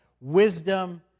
Wisdom